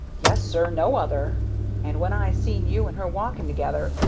yes, sir, no other and when i seen you and her walking together,